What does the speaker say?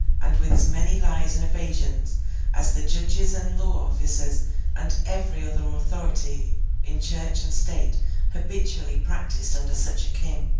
and with as many lies and evasions as the judges and law officers and every other authority in church and state habitually practised under such a king.